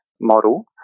model